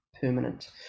permanent